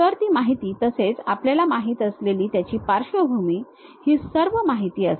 तर ती माहिती तसेच आपल्याला माहित असलेली त्याची पार्श्वभूमी ही सर्व माहिती असेल